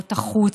ומדיניות החוץ.